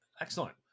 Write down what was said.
Excellent